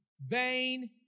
Vain